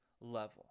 level